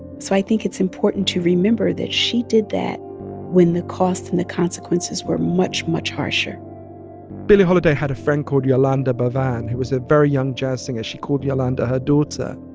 so i think it's important to remember that she did that when the cost and the consequences were much, much harsher billie holiday had a friend called yolande bavan um who was a very young jazz singer. she called yolande her daughter.